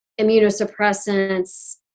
immunosuppressants